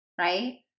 Right